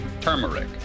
turmeric